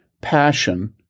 passion